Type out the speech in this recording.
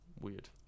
Weird